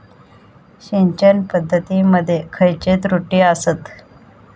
सिंचन पद्धती मध्ये खयचे त्रुटी आसत?